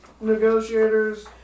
negotiators